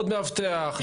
עוד מאבטח,